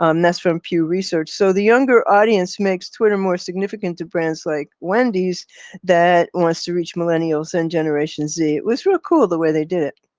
um that's from pew research so the younger audience makes twitter more significant to brands like wendy's that wants to reach millennials and generation z was really cool the way they did it.